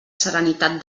serenitat